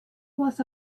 was